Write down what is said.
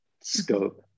scope